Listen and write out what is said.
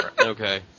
Okay